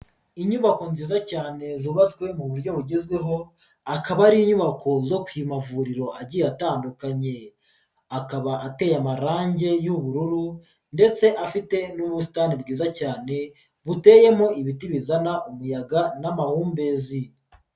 Inyubako nziza cyane zubatswe mu buryo bugezweho, akaba ari inyubako zo ku mavuriro agiye atandukanye, akaba ateye amarangi y'ubururu ndetse afite n'ubusitani bwiza cyane buteyemo ibiti bizana umuyaga n'amahumbezi.